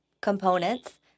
components